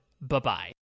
Bye-bye